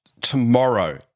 tomorrow